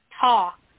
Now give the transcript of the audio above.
talk